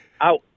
Out